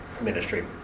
ministry